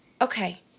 Okay